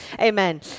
Amen